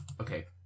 Okay